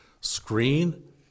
screen